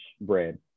bread